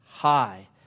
high